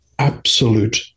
absolute